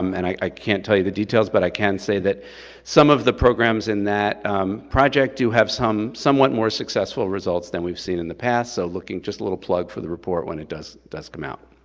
um and i i can't tell you the details, but i can say that some of the programs in that project do have some somewhat more successful results than we've seen in the past, so just a little plug for the report when it does does come out.